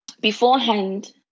beforehand